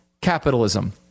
capitalism